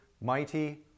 mighty